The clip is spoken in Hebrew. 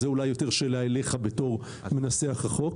זה אולי יותר שאלה אליך בתור מנסח החוק.